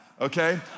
okay